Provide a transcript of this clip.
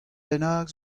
bennak